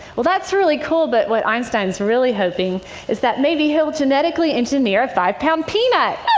well, that's really cool, but what einstein's really hoping is that maybe he'll genetically engineer a five-pound peanut.